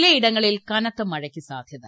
ചിലയിടങ്ങളിൽ കനത്ത മഴയ്ക്ക് സാധ്യത